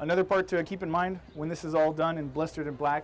another part to keep in mind when this is all done and blistered and black